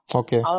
okay